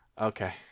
Okay